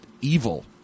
evil